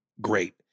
great